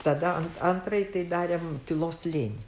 tada an antrąjį tai darėm tylos slėny